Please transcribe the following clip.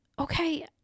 okay